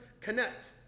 connect